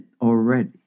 already